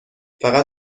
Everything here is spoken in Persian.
فقط